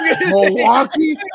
Milwaukee